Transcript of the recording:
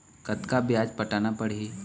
कतका ब्याज पटाना पड़ही?